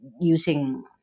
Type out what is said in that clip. using